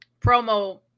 promo